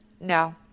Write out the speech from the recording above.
No